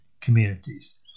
communities